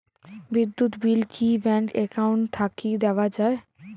বিদ্যুৎ বিল কি bank account থাকি দেওয়া য়ায়?